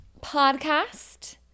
podcast